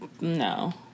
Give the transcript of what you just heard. No